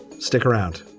stick around